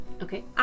Okay